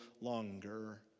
longer